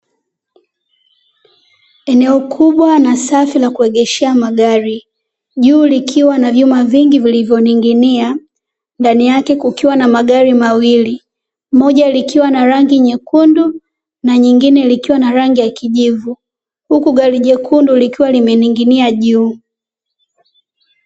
Eneo kubwa na safi la kuegeshea magari, juu likiwa na vyuma vingi vilivyoning'inia, ndani yake kukiwa na magari mawili, moja likiwa na rangi nyekundu na nyingine likiwa na rangi ya kijivu, huku gari jekundu likiwa limening'inia juu.